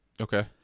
Okay